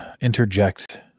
interject